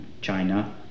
China